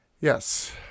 Yes